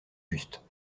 juste